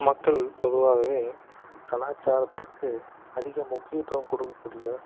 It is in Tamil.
மக்கள் பொதுவாகவே கலாச்சாரத்திற்கு அதிக முக்கியத்துவம் கொடுக்கக்கூடிய